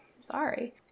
sorry